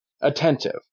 attentive